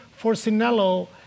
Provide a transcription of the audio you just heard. Forcinello